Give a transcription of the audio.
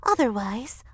Otherwise